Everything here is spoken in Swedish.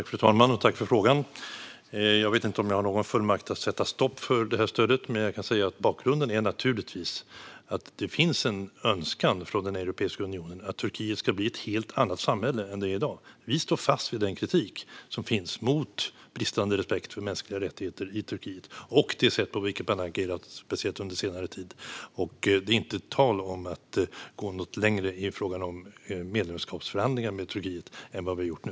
Fru talman! Tack för frågan! Jag vet inte om jag har någon fullmakt att sätta stopp för detta stöd. Men jag kan säga att bakgrunden naturligtvis är att det finns en önskan från Europeiska unionen att Turkiet ska bli ett helt annat samhälle än det är i dag. Vi står fast vid den kritik som finns mot bristande respekt för mänskliga rättigheter i Turkiet och det sätt på vilket man har agerat speciellt under senare tid. Det är inte tal om att gå längre i frågan om medlemskapsförhandlingar med Turkiet än vad vi har gjort nu.